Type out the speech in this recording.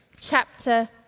chapter